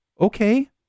Okay